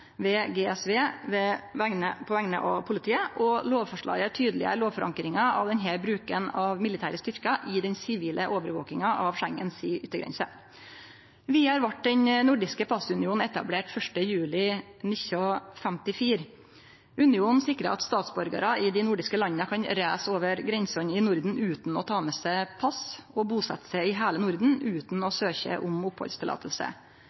GSV på vegner av politiet, og lovforslaget gjer tydeleg lovforankringa av denne bruken av militære styrkar i den sivile overvakinga av Schengen si yttergrense. Vidare vart Den nordiske passunionen etablert 1. juli 1954. Unionen sikrar at statsborgarar i dei nordiske landa kan reise over grensene i Norden utan å ta med pass og busetje seg i heile Norden utan å